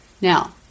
Now